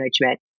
management